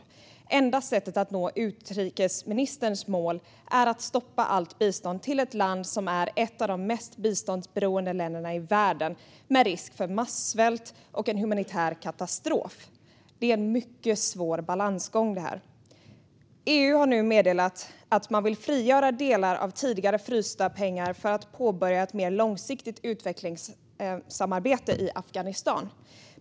Det enda sättet att nå utrikesministerns mål är att stoppa allt bistånd till ett land som är ett av de mest biståndsberoende länderna i världen, med risk för massvält och en humanitär katastrof. Det är en mycket svår balansgång. EU har nu meddelat att man vill frigöra delar av tidigare frysta pengar för att påbörja ett mer långsiktigt utvecklingssamarbete i Afghanistan.